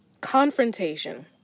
Confrontation